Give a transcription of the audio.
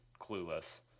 clueless